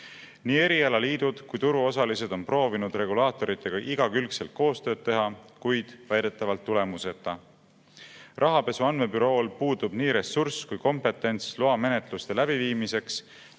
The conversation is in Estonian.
Nii erialaliidud kui turuosalised on proovinud regulaatoritega igakülgset koostööd teha, kuid väidetavalt tulemuseta. Rahapesu Andmebürool puudub nii ressurss kui kompetents loamenetluste läbiviimiseks